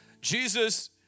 Jesus